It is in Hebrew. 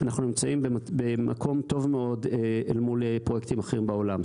אנחנו נמצאים במקום טוב מאוד אל מול פרויקטים אחרים בעולם.